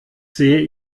sehe